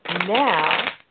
Now